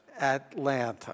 Atlanta